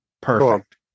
Perfect